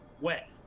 wet